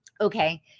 Okay